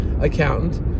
accountant